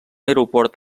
aeroport